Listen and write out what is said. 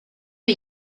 are